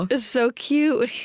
it's so cute.